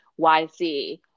YC